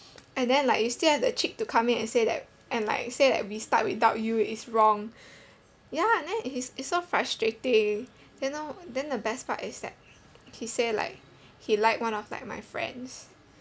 and then like you still have the cheek to come in and say that and like say that we start without you is wrong ya and then he's it's so frustrating then know then the best part is that he say like he like one of my friends